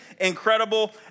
incredible